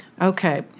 Okay